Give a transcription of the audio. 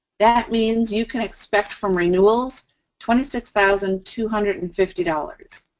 that means you can expect from renewals twenty six thousand two hundred and fifty dollars.